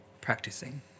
practicing